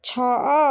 ଛଅ